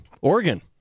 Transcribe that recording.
Oregon